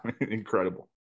incredible